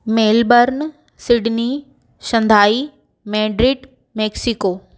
Melbourne Sydney Shanghai Madrid Mexico